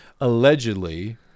allegedly